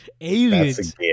Aliens